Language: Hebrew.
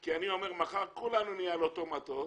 כי מחר כולנו נהיה על אותו מטוס,